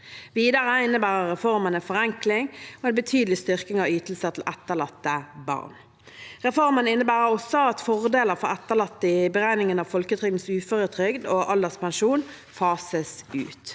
Videre innebærer reformen en forenkling og en betydelig styrking av ytelser til etterlatte barn. Reformen innebærer også at fordeler for etterlatte i beregningen av folketrygdens uføretrygd og alderspensjon fases ut.